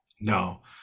No